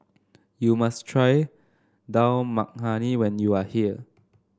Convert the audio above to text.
you must try Dal Makhani when you are here